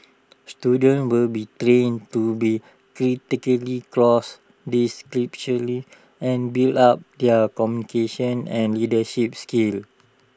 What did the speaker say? students will be trained to be think critically across and build up their communication and leadership skills